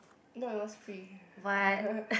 no it was free